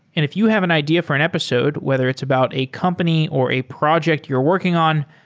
if you have an idea for an episode, whether it's about a company or a project you're working on,